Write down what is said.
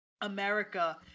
America